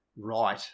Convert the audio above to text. right